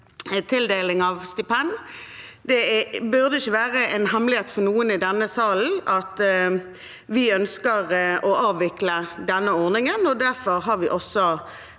Det burde ikke være en hemmelighet for noen i denne salen at vi ønsker å avvikle denne ordningen, og derfor har vi også